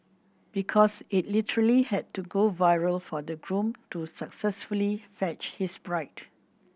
because it literally had to go viral for the groom to successfully fetch his bride